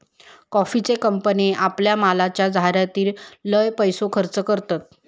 कॉफीचे कंपने आपल्या मालाच्या जाहीरातीर लय पैसो खर्च करतत